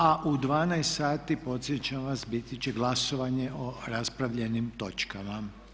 A u 12 sati, podsjećam vas, biti će glasovanje o raspravljenim točkama.